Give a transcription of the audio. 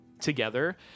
together